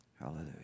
hallelujah